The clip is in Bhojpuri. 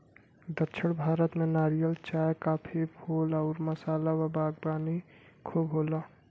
दक्षिण भारत में नारियल, चाय, काफी, फूल आउर मसाला क बागवानी खूब होला